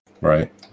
Right